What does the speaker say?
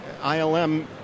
ILM